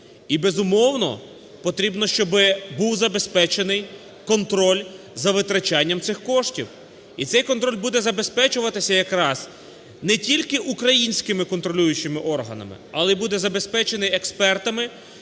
І, безумовно, потрібно, щоб був забезпечений контроль за витрачанням цих коштів. І цей контроль буде забезпечуватися якраз не тільки українськими контролюючими органами, але й буде забезпечений експертами,